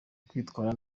kwitwara